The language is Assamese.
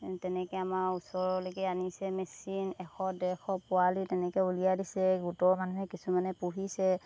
তেনেকৈ আমাৰ ওচৰলৈকে আনিছে মেচিন এশ ডেৰশ পোৱালি তেনেকৈ উলিয়াই দিছে গোটৰ মানুহে কিছুমানে পুহিছে